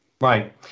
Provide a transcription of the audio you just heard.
Right